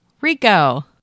Rico